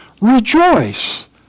rejoice